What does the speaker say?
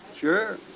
Sure